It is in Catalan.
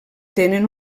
tenen